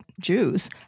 Jews